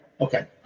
okay